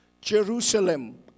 Jerusalem